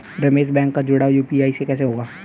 Ramesh bank का जुड़ाव UPI से कैसे होगा?